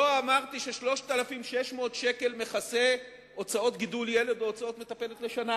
לא אמרתי ש-3,600 שקלים מכסים הוצאות גידול ילד או הוצאות מטפלת לשנה,